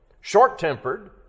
Short-tempered